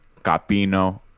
Capino